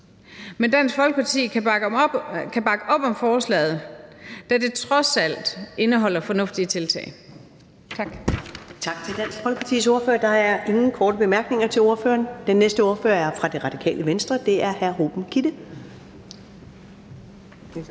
Men Dansk Folkeparti kan bakke op om forslaget, da det trods alt indeholder fornuftige tiltag. Tak. Kl. 10:42 Første næstformand (Karen Ellemann): Tak til Dansk Folkepartis ordfører. Der er ingen korte bemærkninger til ordføreren. Den næste ordfører er fra Radikale Venstre, og det er hr. Ruben Kidde.